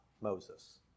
Moses